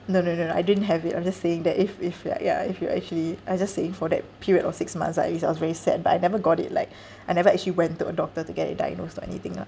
no no no I didn't have it I'm just saying that if if like ya if you actually I just saying for that period of six months ah at least I was very sad but I never got it like I never actually went to a doctor to get it diagnosed or anything ah